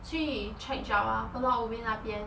去 chek jawa pulau ubin 那边